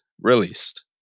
Released